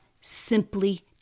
simply